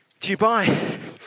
Dubai